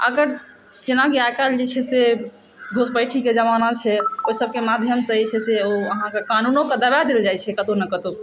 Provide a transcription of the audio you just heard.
अगर जेनाकि आइ काल्हि जे छै से घूसपैंठीके जमाना छै ओहिसबके माध्यमसँ जे छै से अहाँकऽ कानूनोके दबा देल जाइ छै कतौ ने कतौ